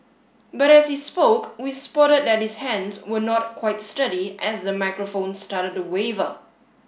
but as he spoke we spotted that his hands were not quite sturdy as the microphone started to waver